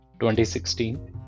2016